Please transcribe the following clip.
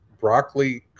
Broccoli